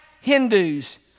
Hindus